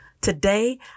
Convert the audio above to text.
Today